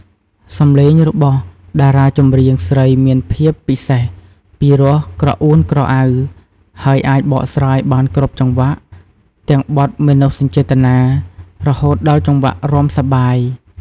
សំឡេងរបស់តារាចម្រៀងស្រីមានភាពពិសេស ពីរោះក្រអួនក្រអៅ ហើយអាចបកស្រាយបានគ្រប់ចង្វាក់ ទាំងបទមនោសញ្ចេតនា រហូតដល់ចង្វាក់រាំសប្បាយ។